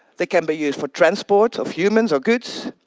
they can be used for transport of humans or goods.